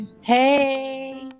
Hey